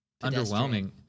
underwhelming